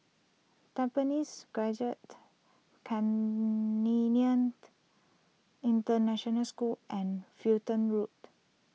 Tampines can lenient International School and Fulton Road